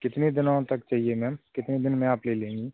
कितने दिनों तक चाहिए मैम कितने दिन में आप ले लेंगी